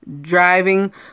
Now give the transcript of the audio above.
driving